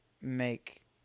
make